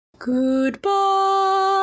Goodbye